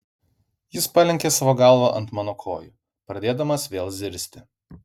jis palenkė savo galvą ant mano kojų pradėdamas vėl zirzti